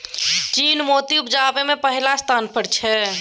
चीन मोती उपजाबै मे पहिल स्थान पर छै